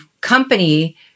company